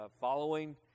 Following